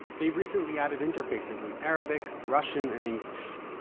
they've recently added interfaces in arabic, russian, and english.